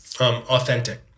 authentic